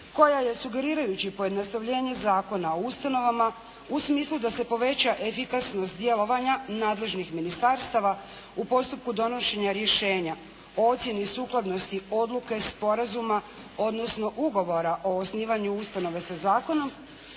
koja je sugerirajući pojednostavljenje Zakona o ustanovama u smislu da se poveća efikasnost djelovanja nadležnih ministarstava u postupcima donošenja rješenja o ocjeni sukladnosti odluke sporazuma, odnosno Ugovora o osnivanju ustanove sa zakonom